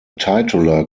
titular